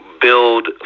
build